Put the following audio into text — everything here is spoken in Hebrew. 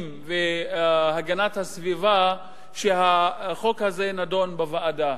והגנת הסביבה כשהחוק הזה נדון בוועדה.